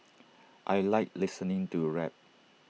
I Like listening to rap